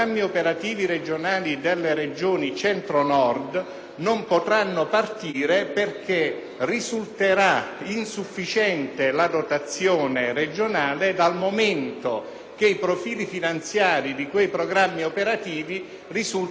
non potranno partire perché risulterà insufficiente la dotazione regionale, dal momento che i profili finanziari di quei programmi operativi risultano cofinanziati con il FAS.